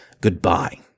goodbye